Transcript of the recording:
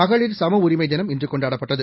மகளிர் சம உரிமை தினம் இன்று கொண்டாடப்பட்டது